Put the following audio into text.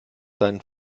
dein